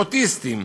אוטיסטים,